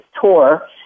tour